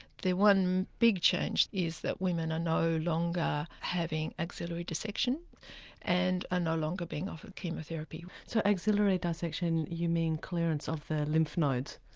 the one big change is that women are no longer having axillary dissection and are ah no longer being offered chemotherapy. so, axillary dissection you mean clearance of the lymph nodes.